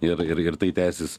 ir ir ir tai tęsias